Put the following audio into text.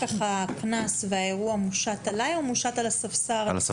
הקנס והאירוע אחר כך מושתים עליי או על הספסר?